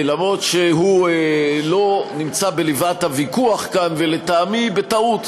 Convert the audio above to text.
למרות שהוא לא נמצא בליבת הוויכוח כאן ולטעמי בטעות,